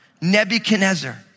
Nebuchadnezzar